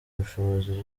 ubushobozi